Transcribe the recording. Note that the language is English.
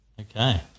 Okay